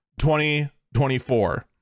2024